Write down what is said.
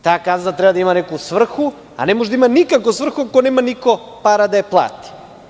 Ta kazna treba da ima neku svrhu, a ne može da ima svrhu ako niko nema para da je plati.